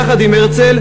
יחד עם הרצל,